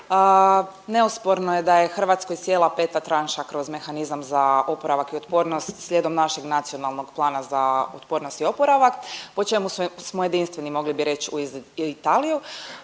Neosporno je da je Hrvatskoj sjela peta tranša kroz mehanizam za oporavak i otpornost slijedom našeg Nacionalnog plana za otpornost i oporavak po čemu smo jedinstveni mogli bi reći uz Italiju.